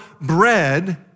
bread